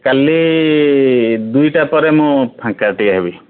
କାଲି ଦୁଇଟା ପରେ ମୁଁ ଫାଙ୍କା ଟିକେ ହେବି